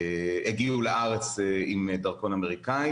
הגיעו לארץ עם דרכון אמריקאי.